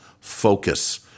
focus